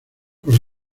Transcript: las